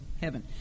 heaven